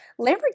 lamborghini